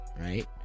right